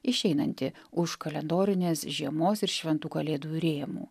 išeinantį už kalendorinės žiemos ir šventų kalėdų rėmų